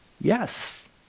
Yes